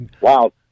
Wow